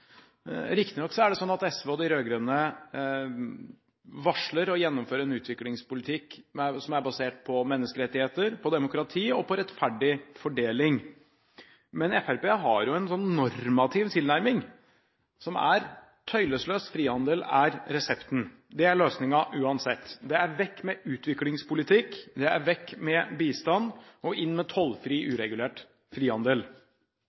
Riktignok er det sånn at SV og de rød-grønne varsler å gjennomføre en utviklingspolitikk som er basert på menneskerettigheter, demokrati og på rettferdig fordeling. Men Fremskrittspartiet har en normativ tilnærming om at tøylesløs frihandel er resepten. Det er løsningen uansett – vekk med utviklingspolitikk, vekk med bistand og inn med tollfri, uregulert frihandel.